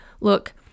Look